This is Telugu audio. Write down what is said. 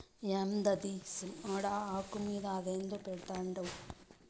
యాందది సిన్నోడా, ఆకు మీద అదేందో పెడ్తండావు